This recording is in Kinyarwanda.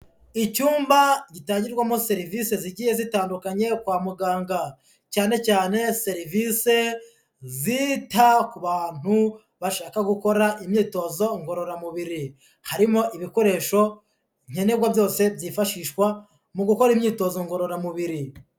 Icyumba gitangirwamo serivise zigiye zitandukanye kwa muganga . Cyane cyane serivise zita ku bantu bashaka gukora imyitozo ngororamubiri. Harimo ibikoresho nkenerwa byose byifashishwa mu gukora imyitozo ngororamubiri.